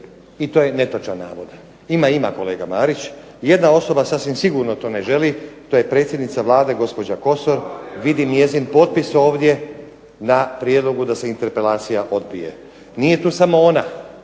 i to je netočan navod. Ima, ima, kolega Marić. Jedna osoba sasvim sigurno to ne želi, to je predsjednica Vlade gospođa Kosor. Vidim njezin potpis ovdje na prijedlogu da se interpelacija odbije. Nije to samo ona,